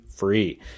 free